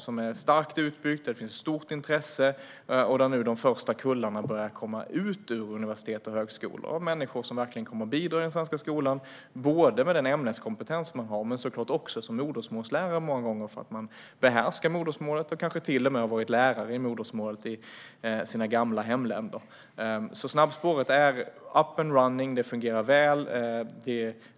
Det är starkt utbyggt, det finns stort intresse och de första kullarna börjar nu komma ut ur universitet och högskolor. Det är människor som verkligen kommer att bidra i den svenska skolan med den ämneskompetens de har men många gånger också som modersmålslärare eftersom de såklart behärskar modersmålet och kanske till och med har varit lärare i modersmålet i sina gamla hemländer. Det snabbspåret är alltså up and running. Det fungerar väl.